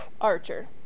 Archer